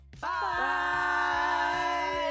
Bye